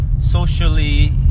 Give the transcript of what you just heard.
socially